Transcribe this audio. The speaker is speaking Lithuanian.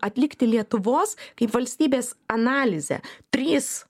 atlikti lietuvos kaip valstybės analizę trys